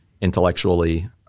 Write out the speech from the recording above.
intellectually